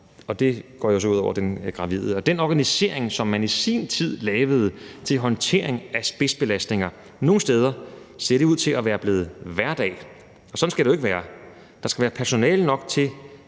og det går jo så ud over den gravide. Den organisering, som man i sin tid lavede til håndtering af spidsbelastninger, ser nogle steder ud til at være blevet hverdag, og sådan skal det jo ikke være. Der skal være personale nok på